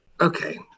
Okay